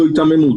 זאת היתממות.